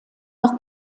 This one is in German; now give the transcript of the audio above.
noch